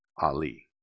Ali